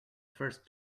first